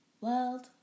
world